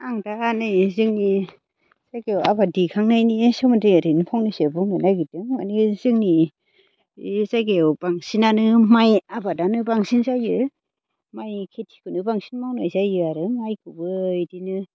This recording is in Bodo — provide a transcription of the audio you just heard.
आं दा नै जोंनि जायगायाव आबाद दिखांनायनि सोमोन्दै ओरैनो फंनैसे बुंनो नागिरदों माने जोंनि बे जायगायाव बांसिनानो माइ आबादानो बांसिन जायो माइ खेथिखौनो बांसिन मावनाय जायो आरो माइखौबो इदिनो